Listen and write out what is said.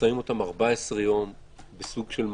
ושמים אותם 14 יום בסוג של מעצר.